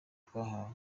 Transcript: twahawe